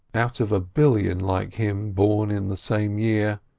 out of a billion like him born in the same year,